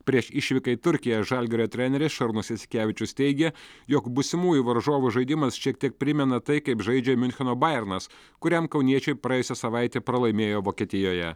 prieš išvyką į turkiją žalgirio treneris šarūnas jasikevičius teigė jog būsimųjų varžovų žaidimas šiek tiek primena tai kaip žaidžia miuncheno bajernas kuriam kauniečiai praėjusią savaitę pralaimėjo vokietijoje